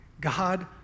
God